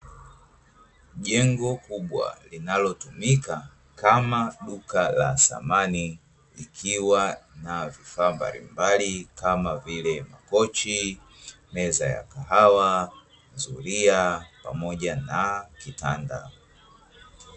Jengo kubwa linalotumika kama duka la samani likiwa na vifaa mbalimbali kama vile makochi meza ya kahawa, zulia pamoja na kitanda